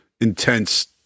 intense